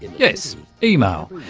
yes email,